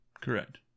Correct